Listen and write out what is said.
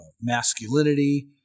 masculinity